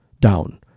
down